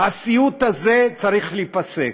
הסיוט הזה צריך להיפסק.